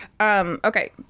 Okay